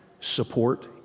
support